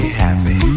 happy